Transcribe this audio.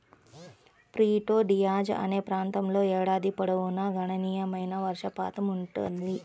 Prieto Diaz అనే ప్రాంతంలో ఏడాది పొడవునా గణనీయమైన వర్షపాతం ఉంటుంది